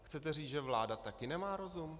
Chcete říct, že vláda taky nemá rozum?